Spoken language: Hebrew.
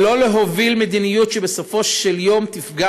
ולא להוביל מדיניות שבסופו של יום תפגע